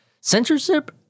censorship